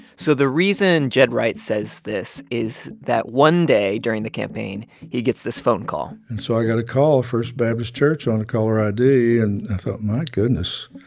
so the reason ged wright says this is that one day during the campaign, he gets this phone call and so i got a call first baptist church on the caller id. and i thought, my goodness.